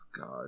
God